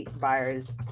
buyer's